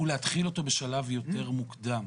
ולהתחיל אותו בשלב יותר מוקדם.